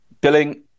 Billing